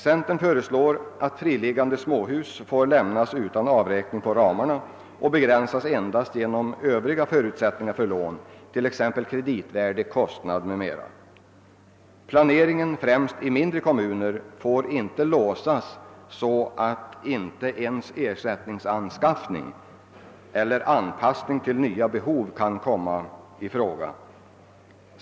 Centern föreslår att friliggande småhus får lämnas utan avräkning på ramarna och begränsas endast genom Övriga förutsättningar för lån, t.ex. kreditvärde, kostnad m.m. Planeringen i främst mindre kommuner får inte låsas, så att inte ens ersättningsanskaffning eller anpassning till nya behov kan komma i fråga.